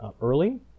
early